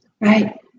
Right